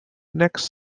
next